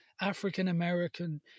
African-American